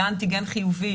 היה אנטיגן חיובי,